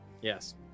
yes